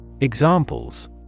Examples